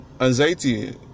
anxiety